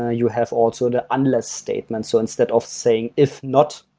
ah you have also the unless statement. so instead of saying if not,